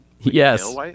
Yes